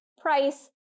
price